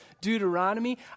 Deuteronomy